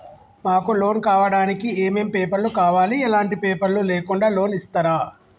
మాకు లోన్ కావడానికి ఏమేం పేపర్లు కావాలి ఎలాంటి పేపర్లు లేకుండా లోన్ ఇస్తరా?